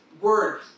word